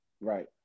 Right